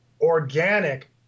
organic